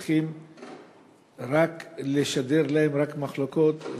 מצליחים לשדר להם רק מחלוקות,